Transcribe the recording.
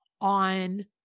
on